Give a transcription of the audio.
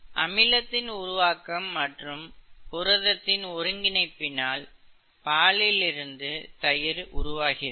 அமிலத்தின் உருவாக்கம் மற்றும் புரதத்தின் ஒருங்கிணைப்பினால் பாலில் இருந்து தயிர் உருவாகிறது